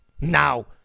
Now